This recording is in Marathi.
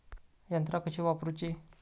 यंत्रा कशी वापरूची?